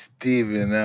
Stephen